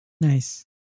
Nice